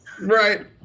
Right